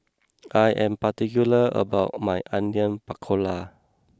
I am particular about my Onion Pakora